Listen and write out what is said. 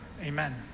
amen